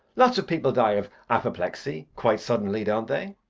lots of people die of apoplexy, quite suddenly, don't they?